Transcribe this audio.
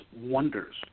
wonders